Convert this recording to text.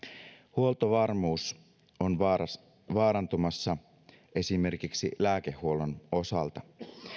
huoltovarmuus on vaarantumassa esimerkiksi lääkehuollon osalta